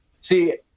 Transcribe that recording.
See